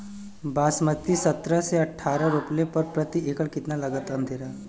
बासमती सत्रह से अठारह रोपले पर प्रति एकड़ कितना लागत अंधेरा?